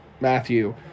Matthew